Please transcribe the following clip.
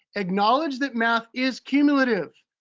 acknowledge that math is cumulative.